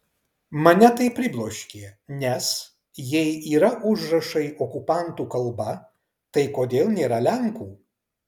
mane tai pribloškė nes jei yra užrašai okupantų kalba tai kodėl nėra lenkų